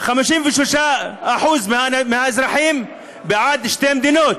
53% מהאזרחים בעד שתי מדינות.